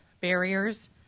barriers